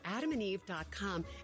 adamandeve.com